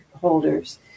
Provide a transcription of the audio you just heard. holders